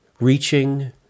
reaching